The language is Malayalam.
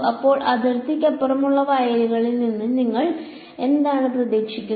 അപ്പോൾ അതിർത്തിക്കപ്പുറമുള്ള വയലുകളിൽ നിന്ന് നിങ്ങൾ എന്താണ് പ്രതീക്ഷിക്കുന്നത്